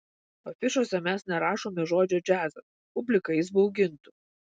afišose mes nerašome žodžio džiazas publiką jis baugintų